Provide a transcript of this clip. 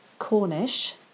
cornish